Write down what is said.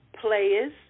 players